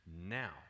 Now